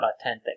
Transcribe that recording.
authentic